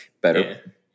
better